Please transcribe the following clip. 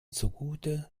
zugute